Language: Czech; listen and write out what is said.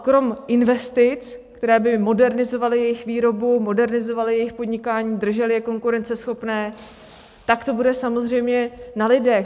Kromě investic, které by modernizovaly jejich výrobu, modernizovaly jejich podnikání, držely je konkurenceschopné, tak to bude samozřejmě na lidech.